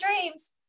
dreams